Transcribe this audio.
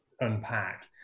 unpack